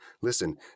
listen